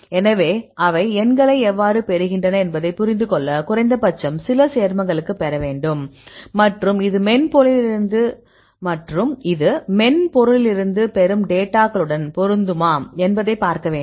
எனவே அவை எண்களை எவ்வாறு பெறுகின்றன என்பதைப் புரிந்து கொள்ள குறைந்தபட்சம் சில சேர்மங்களுக்கு பெற வேண்டும் மற்றும் இது மென்பொருளிலிருந்து பெறும் டேட்டாகளுடன் பொருந்துமா என்பதைப் பார்க்க வேண்டும்